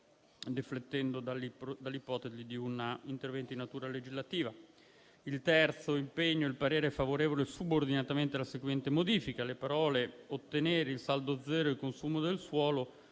deflettendo dall'ipotesi di un intervento di natura legislativa. Sul terzo impegno il parere è favorevole subordinatamente alla seguente modifica: le parole «ottenere il saldo zero del consumo del suolo»